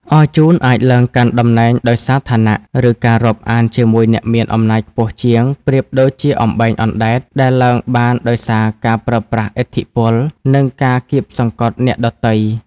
អរជូនអាចឡើងកាន់តំណែងដោយសារឋានៈ ឬការរាប់អានជាមួយអ្នកមានអំណាចខ្ពស់ជាងប្រៀបដូចជា "អំបែងអណ្ដែត" ដែលឡើងបានដោយសារការប្រើប្រាស់ឥទ្ធិពល និងការកៀបសង្កត់អ្នកដទៃ។